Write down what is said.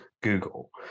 Google